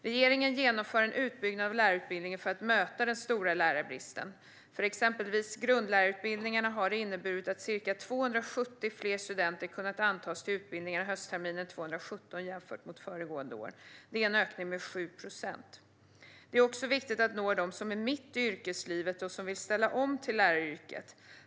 Regeringen genomför en utbyggnad av lärarutbildningarna för att möta den stora lärarbristen. För exempelvis grundlärarutbildningarna har det inneburit att ca 270 fler studenter kunnat antas till utbildningarna höstterminen 2017 jämfört med föregående år. Det är en ökning med 7 procent. Det är också viktigt att nå dem som är mitt i yrkeslivet och som vill ställa om till läraryrket.